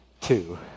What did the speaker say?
Two